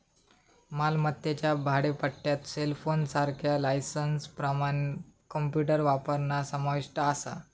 मालमत्तेच्या भाडेपट्ट्यात सेलफोनसारख्या लायसेंसप्रमाण कॉम्प्युटर वापरणा समाविष्ट असा